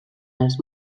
els